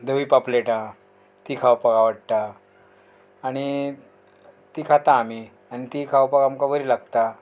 धवी पापलेटां ती खावपाक आवडटा आनी ती खाता आमी आनी ती खावपाक आमकां बरी लागता